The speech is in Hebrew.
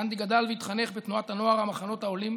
גנדי גדל והתחנך בתנועת הנוער המחנות העולים,